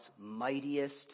mightiest